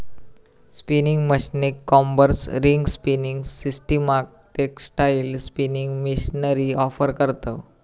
spinning मशीनीक combers, ring spinning सिस्टमाक textile spinning machinery offer करतव